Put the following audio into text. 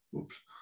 Oops